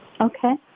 Okay